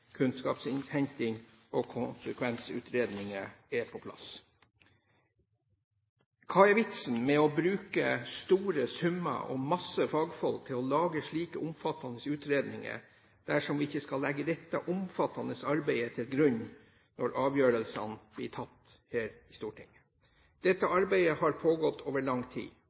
kunnskapsinnhenting og konsekvensutredninger var på plass. Hva er vitsen med å bruke store summer og masse fagfolk til å lage slike omfattende utredninger dersom vi ikke skal legge dette omfattende arbeidet til grunn når avgjørelsene blir tatt her i Stortinget? Dette arbeidet har pågått over lang tid,